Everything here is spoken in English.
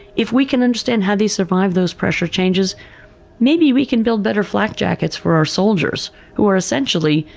if we can understand how they survive those pressure changes maybe we can build better flak jackets for our soldiers who are, essentially,